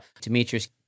Demetrius